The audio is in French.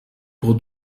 pour